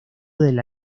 del